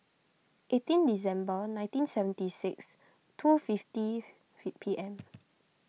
eighteen December nineteen seventy six two fifty P M